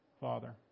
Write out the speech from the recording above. Father